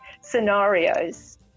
scenarios